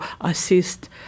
assist